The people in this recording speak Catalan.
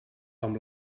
com